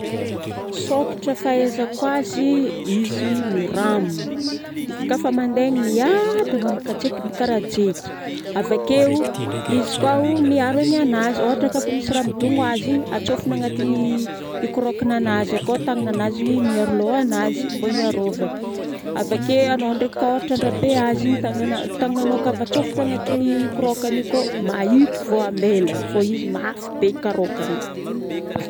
sôkatra fahaizako azy, izy miram izy koa fa mandeha miadagna mikatseky mikarajeky, avakeo izy koa o miaro egnanazy ohatra kafa misy raha midogno azy igny atsofony agnatiny ikorokany anazy ako tagnana anazy miaro lohanazy mba hiarovany.avakeo anao ndreka ka ôhatra andreba azy igny tagnana tagnanano voatsofoko agnatiny karokagnanazy igny maito vo ambelany fô izy mafy be karôkany io